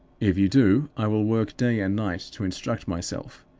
if you do, i will work day and night to instruct myself.